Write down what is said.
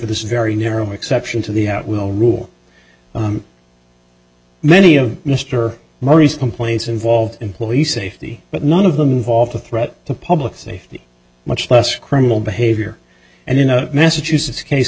this very narrow exception to the out will rule many of mr murray's complaints involve employee safety but none of them involve a threat to public safety much less criminal behavior and in a massachusetts case